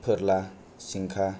फोरला जिंखा सबाय बिमा